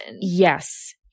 Yes